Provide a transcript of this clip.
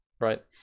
right